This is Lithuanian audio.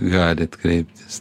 galit kreiptis